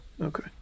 Okay